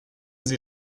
sie